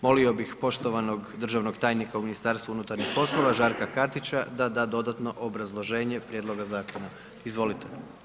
Molio bih poštovanog državnog tajnika u Ministarstvu unutarnjih poslova, Žarka Katića, da da dodatno obrazloženje prijedloga zakona, izvolite.